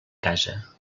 casa